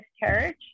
miscarriage